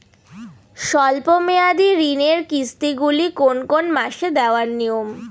স্বল্প মেয়াদি ঋণের কিস্তি গুলি কোন কোন মাসে দেওয়া নিয়ম?